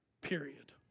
Period